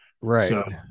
right